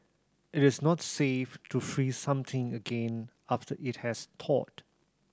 it is not safe to freeze something again after it has thawed